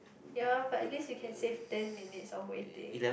ya but at least you can save ten minutes of waiting